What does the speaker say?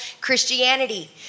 Christianity